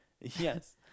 Yes